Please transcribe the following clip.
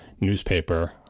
newspaper